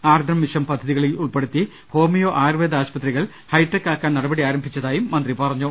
Aardram mission പദ്ധതികളിൽ ഉൾപ്പെടുത്തി homeo Ayurveda ആശുപത്രികൾ ഹൈടെക്ക് ആക്കാൻ നടപടികൾ ആരംഭിച്ചതായും മന്ത്രി പറഞ്ഞു